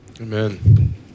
Amen